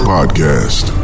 Podcast